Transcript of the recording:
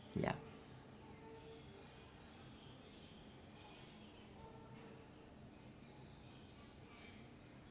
ya